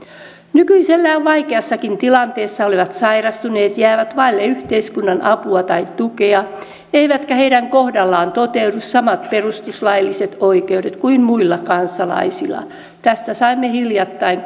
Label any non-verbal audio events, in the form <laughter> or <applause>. nykyisellään vaikeassakin tilanteessa olevat sairastuneet jäävät vaille yhteiskunnan apua tai tukea eivätkä heidän kohdallaan toteudu samat perustuslailliset oikeudet kuin muilla kansalaisilla tästä saimme hiljattain <unintelligible>